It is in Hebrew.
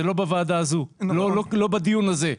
זה לא בוועדה הזו, לא בדיון הזה.